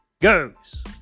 goes